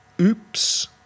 Oops